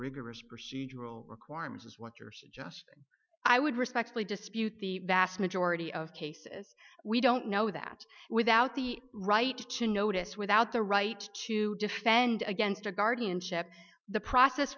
rigorous procedural requirements is what you're suggesting i would respectfully dispute the vast majority of cases we don't know that without the right to notice without the right to defend against a guardianship the process